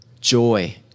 joy